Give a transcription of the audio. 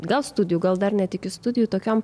gal studijų gal dar net iki studijų tokiom